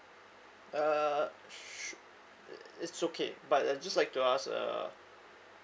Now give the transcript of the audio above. uh sure it it's okay but I just like to ask uh